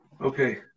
Okay